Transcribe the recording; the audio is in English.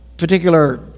particular